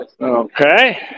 Okay